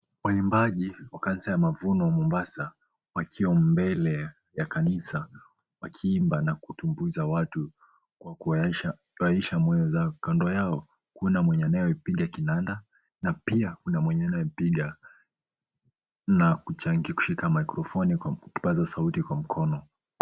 Waimbaji wa kanisa ya Mavuno Mombasa wakiwa mbele ya kanisa wakiimba na kutumbuiza watu kwa kuwafuraisha mioyo zao. Kando yao kuna mwenye anayepiga kinanda na pia kuna mwenye anayepiga na kushika microphone , kipaza sauti kwa mkono.